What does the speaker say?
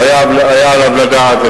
או שהיה עליו לדעת,